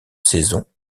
saisons